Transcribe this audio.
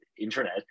internet